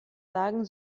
sagen